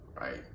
right